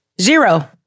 zero